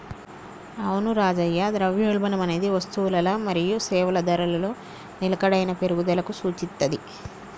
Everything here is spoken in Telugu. అవును రాజయ్య ద్రవ్యోల్బణం అనేది వస్తువులల మరియు సేవల ధరలలో నిలకడైన పెరుగుదలకు సూచిత్తది